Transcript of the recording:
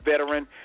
veteran